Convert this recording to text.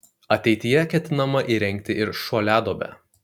ateityje ketinama įrengti ir šuoliaduobę